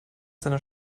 seiner